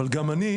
אבל גם אני,